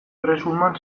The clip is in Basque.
erresuman